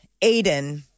Aiden